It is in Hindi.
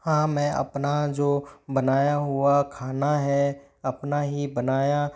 हाँ मैं अपना जो बनाया हुआ खाना है अपना ही बनाया